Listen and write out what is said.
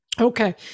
Okay